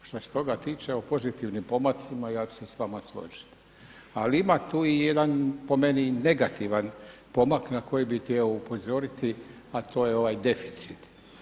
Što se toga tiče, o pozitivnim pomacima ja ću se s vama složiti, li ima tu i jedan po meni negativan pomaka na koji bi htio upozoriti a to je ovaj deficit.